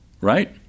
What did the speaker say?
right